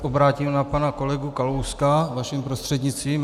Obrátím se na pana kolegu Kalouska vaším prostřednictvím.